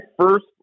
first